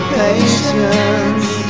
patience